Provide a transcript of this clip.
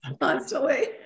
Constantly